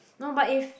no but if